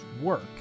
work